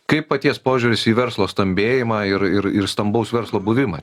kaip paties požiūris į verslo stambėjimą ir ir ir stambaus verslo buvimą